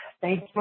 Thanks